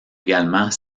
également